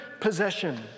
possession